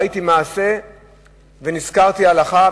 ראיתי מעשה ונזכרתי הלכה,